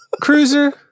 Cruiser